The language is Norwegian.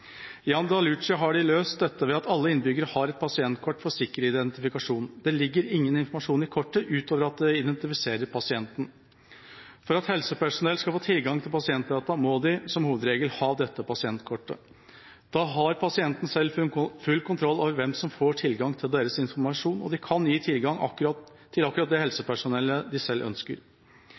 I Andalucía har de løst dette ved at alle innbyggere har et pasientkort for sikker identifikasjon. Det ligger ingen informasjon i kortet utover at det identifiserer pasienten. For at helsepersonell skal få tilgang til pasientdata, må de som hovedregel ha dette pasientkortet. Da har pasienten selv full kontroll over hvem som får tilgang til deres informasjon, og de kan gi tilgang til akkurat det helsepersonellet de selv ønsker.